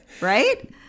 Right